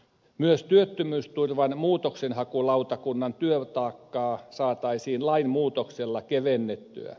myös työttömyysturvan muutoksenhakulautakunnan työtaakkaa saataisiin lainmuutoksella kevennettyä